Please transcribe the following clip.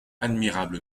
admirable